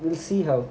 we'll see how